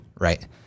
Right